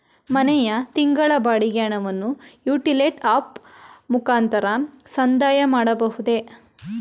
ಮನೆಯ ತಿಂಗಳ ಬಾಡಿಗೆ ಹಣವನ್ನು ಯುಟಿಲಿಟಿ ಆಪ್ ಮುಖಾಂತರ ಸಂದಾಯ ಮಾಡಬಹುದೇ?